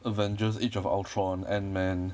avengers age of ultron ant-man